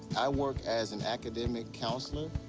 i work as an academic counselor.